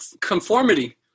conformity